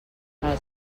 els